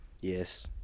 Yes